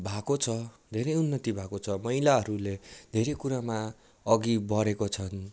भएको छ धेरै उन्नति भएको छ महिलाहरूले धेरै कुराहरूमा अघि बढेको छन्